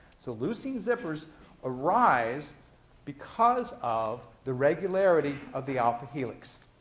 so leucine zippers arise because of the regularity of the alpha helix.